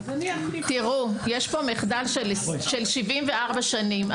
תראו, יש פה מחדל של 74 שנים.